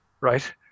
right